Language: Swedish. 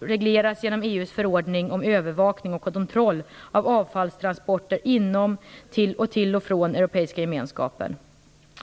regleras genom EU:s förordning om övervakning och kontroll av avfallstransporter inom, till och från Europeiska gemenskapen.